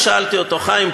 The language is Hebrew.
ושאלתי אותו: חיים,